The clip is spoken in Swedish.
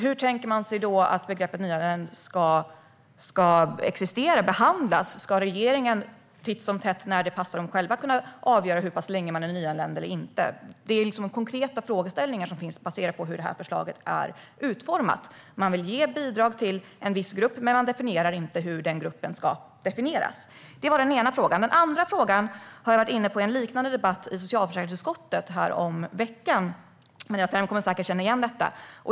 Hur tänker man sig då att begreppet "nyanländ" ska behandlas? Ska regeringen titt som tätt, när det passar den, kunna avgöra hur länge man är nyanländ? Det är konkreta frågeställningar som finns baserat på hur detta förslag är utformat. Man vill ge bidrag till en viss grupp men anger inte hur den gruppen definieras. Det var den ena frågan. Den andra frågan har jag varit inne på i en liknande debatt i socialförsäkringsutskottet häromveckan - Maria Ferm, som sitter här, kommer säkert att känna igen detta.